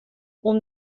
اون